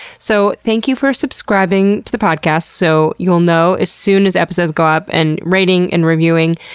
so, thank you for subscribing to the podcast so you'll know as soon as episodes go up, and rating and reviewing.